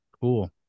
Cool